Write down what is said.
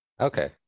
Okay